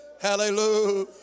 hallelujah